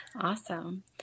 Awesome